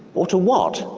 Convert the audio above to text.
or to what?